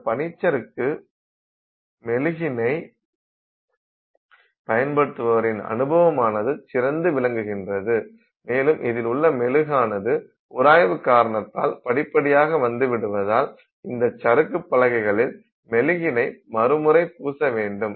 இந்த பனிச்சறுக்கு மெழுகினை பயன்படுத்துபவரின் அனுபவமானது சிறந்து விளங்குகிறது மேலும் இதில் உள்ள மெழுகானது உராய்வு காரணத்தால் படிப்படியாக வந்துவிடுவதால் இந்த சறுக்கு பலகைகளில் மெழுகினை மறுமுறை பூச வேண்டும்